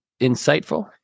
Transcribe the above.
insightful